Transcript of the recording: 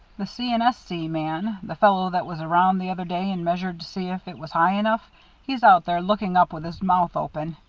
the c. and s. c. man the fellow that was around the other day and measured to see if it was high enough he's out there looking up with his mouth open.